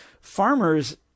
Farmers